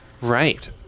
Right